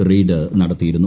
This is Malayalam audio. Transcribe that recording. റെയ്ഡ് നടത്തിയിരുന്നു